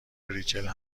ریچل